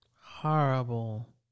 Horrible